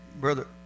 Brother